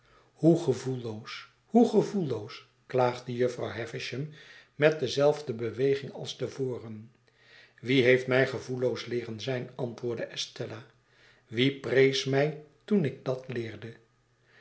hoe gevoelloos hoe gevoelloos klaagde jufvrouw havisham met dezelfde beweging als te voren wie heeft mij gevoelloos leeren zijn antwoordde estella wie prees mij toen ik dat leerde